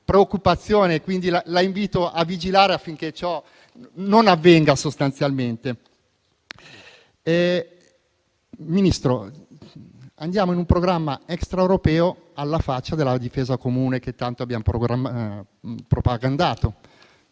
preoccupazione, quindi la invito a vigilare affinché ciò non avvenga. Signor Ministro, andiamo in un programma extraeuropeo, alla faccia della difesa comune che tanto abbiamo propagandato.